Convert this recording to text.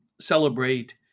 celebrate